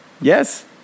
Yes